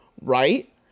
right